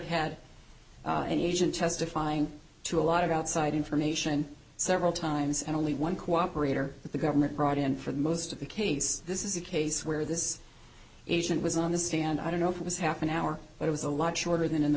had an asian testifying to a lot of outside information several times and only one cooperate or that the government brought in for the most of the case this is a case where this agent was on the stand i don't know if it was half an hour but it was a lot shorter than in the